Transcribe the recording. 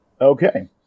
Okay